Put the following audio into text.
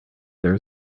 there